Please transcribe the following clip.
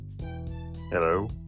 Hello